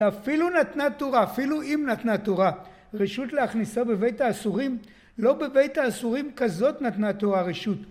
אפילו נתנה תורה אפילו אם נתנה תורה רשות להכניסה בבית האסורים לא בבית האסורים כזאת נתנה תורה רשות